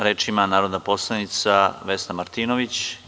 Reč ima narodna poslanica Vesna Martinović.